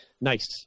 nice